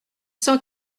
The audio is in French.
cent